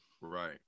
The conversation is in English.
Right